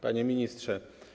Panie Ministrze!